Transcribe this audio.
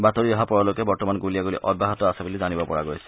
বাতৰি অহা পৰলৈকে বৰ্তমান গুলীয়াগুলি অব্যাহত আছে বুলি জানিব পৰা গৈছে